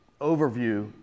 overview